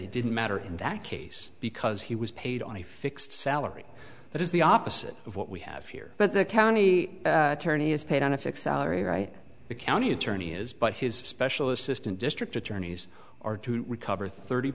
it didn't matter in that case because he was paid on a fixed salary that is the opposite of what we have here but the county attorney is paid on a fixed salary right the county attorney is but his special assistant district attorneys or to recover thirty